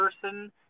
person